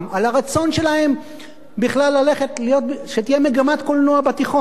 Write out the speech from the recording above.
על הרצון שלהם בכלל שתהיה מגמת קולנוע בתיכון.